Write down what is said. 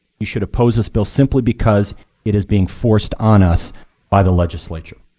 you should oppose this bill simply because it is being forced on us by the legislature.